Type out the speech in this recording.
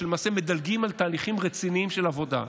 כשלמעשה מדלגים על תהליכים רציניים של עבודה.